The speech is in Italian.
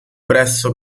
presso